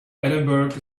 edinburgh